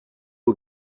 aux